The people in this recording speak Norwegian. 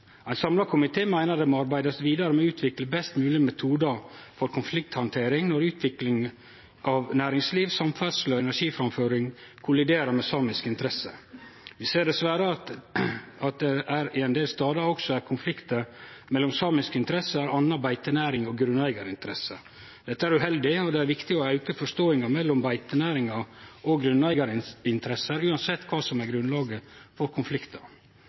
Ein samla komité meiner det må arbeidast vidare med å utvikle best moglege metodar for konflikthandtering når utvikling av næringsliv, samferdsel og energiframføring kolliderer med samiske interesser. Vi ser dessverre at det ein del stadar også er konfliktar mellom samiske interesser, anna beitenæring og grunneigarinteresser. Dette er uheldig, og det er viktig å auke forståinga mellom beitenæringa og grunneigarinteressene uansett kva som er grunnlaget for konfliktar.